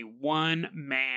one-man